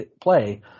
play